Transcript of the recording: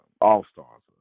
All-Stars